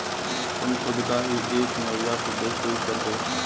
तुम खुद का ही एक नवजात उद्योग शुरू करदो